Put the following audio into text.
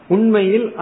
Unmail